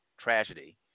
tragedy